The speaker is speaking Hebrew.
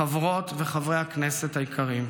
חברות וחברי הכנסת היקרים,